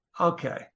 okay